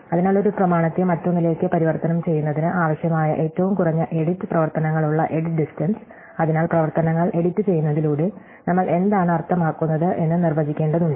അതിനാൽ ഒരു പ്രമാണത്തെ മറ്റൊന്നിലേക്ക് പരിവർത്തനം ചെയ്യുന്നതിന് ആവശ്യമായ ഏറ്റവും കുറഞ്ഞ എഡിറ്റ് പ്രവർത്തനങ്ങളുള്ള എഡിറ്റ് ഡിസ്റ്റ്ടെൻസ് അതിനാൽ പ്രവർത്തനങ്ങൾ എഡിറ്റുചെയ്യുന്നതിലൂടെ നമ്മൾ എന്താണ് അർത്ഥമാക്കുന്നത് എന്ന് നിർവചിക്കേണ്ടതുണ്ട്